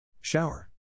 Shower